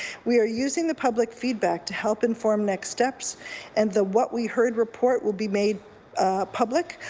we are using the public feedback to help inform next steps and the what we heard report will be made public.